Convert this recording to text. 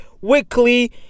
weekly